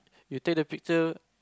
you take the picture